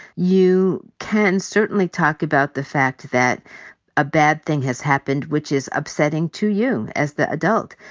you can certainly talk about the fact that a bad thing has happened which is upsetting to you as the adult,